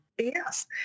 Yes